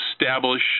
establish